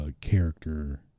character